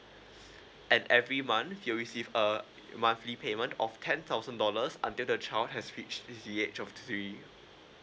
and every month you'll receive a monthly payment of ten thousand dollars until the child has reached the age of three